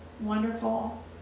wonderful